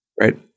right